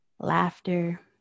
laughter